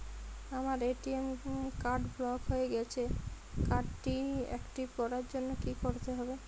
আমার ATM card block হয়ে গেছে কার্ড টি একটিভ করার জন্যে কি করতে হবে?